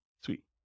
Sweet